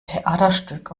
theaterstück